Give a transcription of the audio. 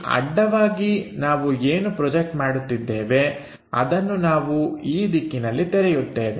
ಈ ಅಡ್ಡವಾಗಿ ನಾವು ಏನು ಪ್ರೊಜೆಕ್ಟ್ ಮಾಡುತ್ತಿದ್ದೇವೆ ಅದನ್ನು ನಾವು ಈ ದಿಕ್ಕಿನಲ್ಲಿ ತೆರೆಯುತ್ತೇವೆ